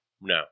No